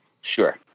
Sure